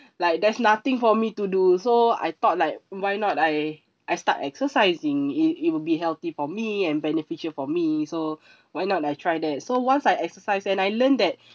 like there's nothing for me to do so I thought like why not I I start exercising it it will be healthy for me and beneficial for me so why not I try that so once I exercise and I learned that